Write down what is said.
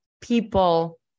People